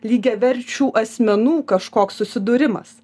lygiaverčių asmenų kažkoks susidūrimas